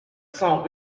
cents